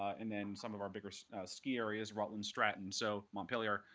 and then some of our bigger ski areas rutland, stratton. so montpelier,